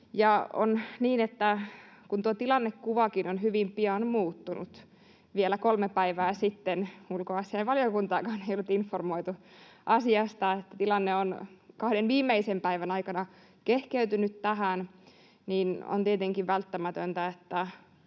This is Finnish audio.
kun tuo tilannekuvakin on hyvin pian muuttunut — vielä kolme päivää sitten ulkoasiainvaliokuntaakaan ei ollut informoitu asiasta, tilanne on kahden viimeisen päivän aikana kehkeytynyt tähän — niin on tietenkin välttämätöntä, että